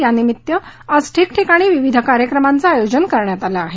यानिमित्त आज ठिकठिकाणी विविध कार्यक्रमांचं आयोजन करण्यात आलं आहे